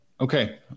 Okay